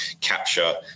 capture